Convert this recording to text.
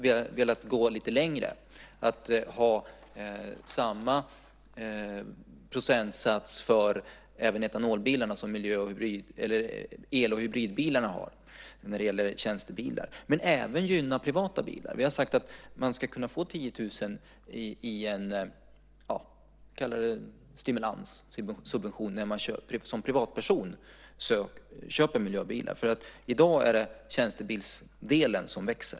Vi har velat gå lite längre och ha samma procentsats för etanolbilarna som för el och hybridbilarna både beträffande tjänstebilar och genom att också gynna privata bilar. Vi har sagt att man ska kunna få 10 000 kr som en stimulanssubvention - vi kan kalla det så - när man som privatperson köper miljöbil. I dag är det tjänstebilsdelen som växer.